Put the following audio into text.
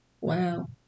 wow